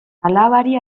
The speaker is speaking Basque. alabari